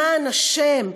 למען השם,